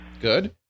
Good